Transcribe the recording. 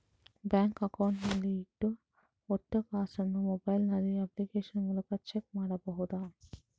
Bank account ನಲ್ಲಿ ಇಟ್ಟ ಒಟ್ಟು ಕಾಸನ್ನು ಮೊಬೈಲ್ ನಲ್ಲಿ ಅಪ್ಲಿಕೇಶನ್ ಮೂಲಕ ಚೆಕ್ ಮಾಡಬಹುದಾ?